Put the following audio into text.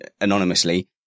anonymously